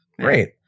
Great